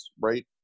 right